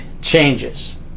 changes